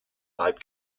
leib